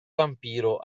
vampiro